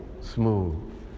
smooth